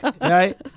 Right